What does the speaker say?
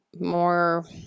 more